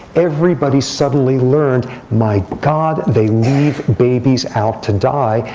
everybody suddenly learned, my god, they leave babies out to die.